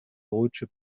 deutsche